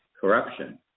corruption